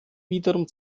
wiederum